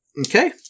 Okay